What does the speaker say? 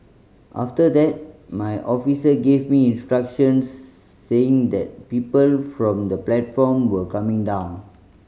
after that my officer gave me instructions saying that people from the platform were coming down